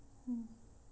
mm